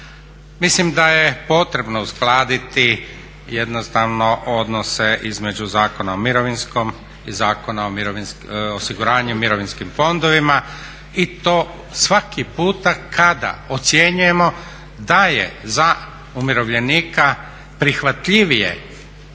Mislim da je potrebno uskladiti jednostavno odnose između Zakona o mirovinskom osiguranju, mirovinskim fondovima i to svaki puta kada ocjenjujemo da je za umirovljenika prihvatljivije